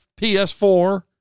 PS4